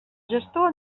gestor